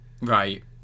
Right